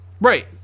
Right